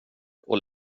och